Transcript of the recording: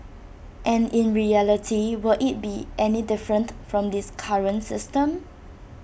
and in reality will IT be any different from this current system